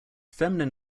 feminine